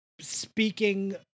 speaking